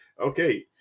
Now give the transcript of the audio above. Okay